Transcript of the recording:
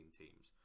teams